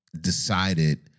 decided